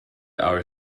our